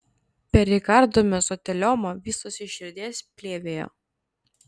perikardo mezotelioma vystosi širdies plėvėje